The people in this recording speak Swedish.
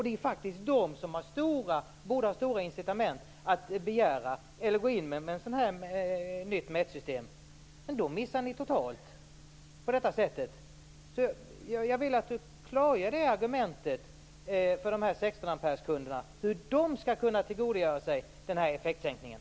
Det är faktiskt de som borde ha stora incitament att gå in på ett sådant nytt mätsystem. Men de missar ni totalt på det här sättet! Jag vill att Nils-Göran Holmqvist klargör argumentet hur dessa kunder skall kunna tillgodogöra sig den här effektsänkningen.